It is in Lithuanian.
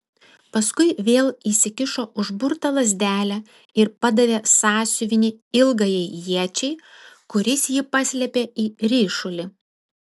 paskui vėl įsikišo užburtą lazdelę ir padavė sąsiuvinį ilgajai iečiai kuris jį paslėpė į ryšulį